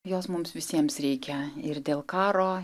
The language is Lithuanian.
jos mums visiems reikia ir dėl karo